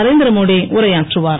நரேந்திர மோடி உரையாற்றுவார்